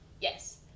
yes